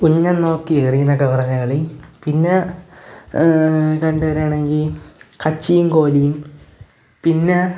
ഉന്നം നോക്കി എറിയുന്നത് എന്നൊക്കെ പറഞ്ഞ കളി പിന്നെ രണ്ട് പേരാണെങ്കിൽ കച്ചിയും കോലും പിന്നെ